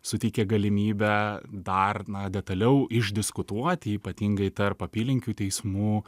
suteikia galimybę dar na detaliau išdiskutuoti ypatingai tarp apylinkių teismų